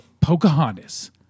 Pocahontas